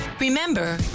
Remember